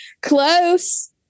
Close